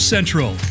Central